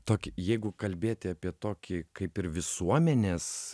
tokį jeigu kalbėti apie tokį kaip ir visuomenės